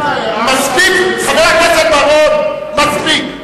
מספיק, חבר הכנסת בר-און, מספיק.